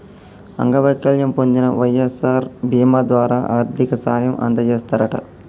అంగవైకల్యం పొందిన వై.ఎస్.ఆర్ బీమా ద్వారా ఆర్థిక సాయం అందజేస్తారట